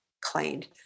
cleaned